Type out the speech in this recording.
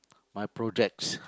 my projects